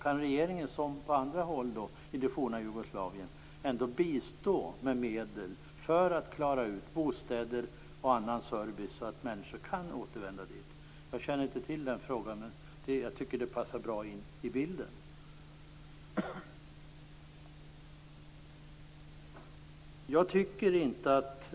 Kan regeringen - liksom på andra håll i det forna Jugoslavien - bistå med medel för att klara ut bostäder och annan service, så att människor kan återvända? Jag är inte insatt i frågan, men tycker att den passar bra in i bilden.